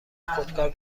خودکار